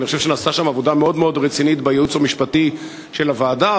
אני חושב שנעשתה שם עבודה מאוד מאוד רצינית בייעוץ המשפטי של הוועדה,